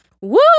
Woo